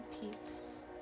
peeps